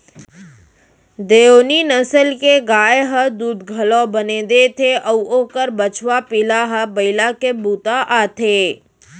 देओनी नसल के गाय ह दूद घलौ बने देथे अउ ओकर बछवा पिला ह बइला के बूता आथे